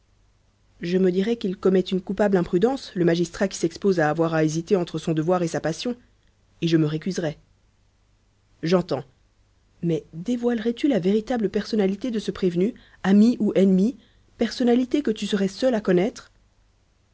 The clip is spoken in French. je me dirais qu'il commet une coupable imprudence le magistrat qui s'expose à avoir à hésiter entre son devoir et sa passion et je me récuserais j'entends mais dévoilerais tu la véritable personnalité de ce prévenu ami ou ennemi personnalité que tu serais seul à connaître